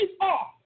off